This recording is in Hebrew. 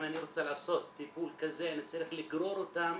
אם אני רוצה לעשות טיפול כזה אני צריך לגרור אותם